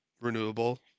renewable